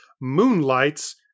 moonlights